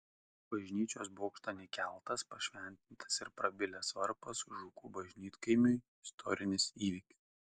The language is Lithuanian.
bažnyčios bokštan įkeltas pašventintas ir prabilęs varpas žukų bažnytkaimiui istorinis įvykis